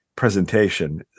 presentation